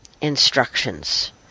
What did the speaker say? instructions